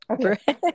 Okay